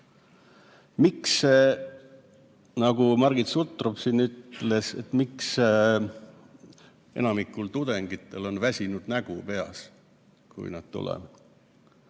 Miks, nagu Margit Sutrop siin ütles, enamikul tudengitel on väsinud nägu peas, kui nad